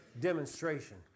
Demonstration